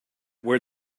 where